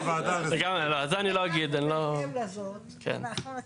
--- נקיים על זה שיח.